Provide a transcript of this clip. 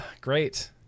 Great